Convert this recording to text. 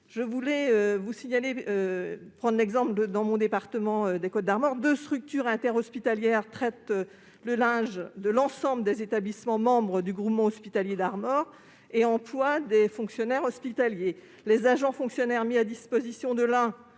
dispositif hospitalier. Pour prendre l'exemple de mon département des Côtes-d'Armor, deux structures interhospitalières traitent le linge de l'ensemble des établissements membres du groupement hospitalier de territoire (GHT) d'Armor et emploient des fonctionnaires hospitaliers. Les agents fonctionnaires mis à disposition de l'un,